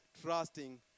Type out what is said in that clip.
trusting